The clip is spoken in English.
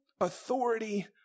authority